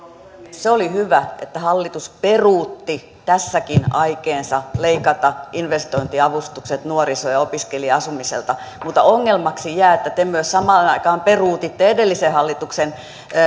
se oli hyvä että hallitus peruutti tässäkin aikeensa leikata investointiavustukset nuoriso ja opiskelija asumiselta mutta ongelmaksi jää että te myös samaan aikaan peruutitte edellisen hallituksen